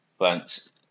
Thanks